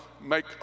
make